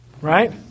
Right